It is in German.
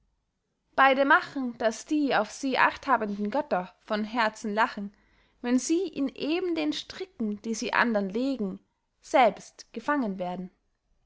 beide machen daß die auf sie achthabenden götter von herzen lachen wenn sie in eben den stricken die sie andern legen selbst gefangen werden